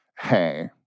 hey